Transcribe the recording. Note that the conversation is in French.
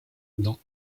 dans